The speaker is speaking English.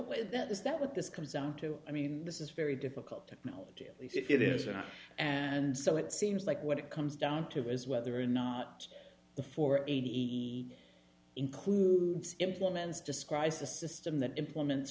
with that is that what this comes down to i mean this is very difficult technology at least if it isn't and so it seems like what it comes down to is whether or not the four eighty even includes implements describes the system that implements